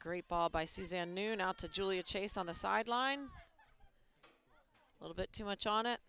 great ball by suzanne knew not to julia chase on the sideline a little bit too much on it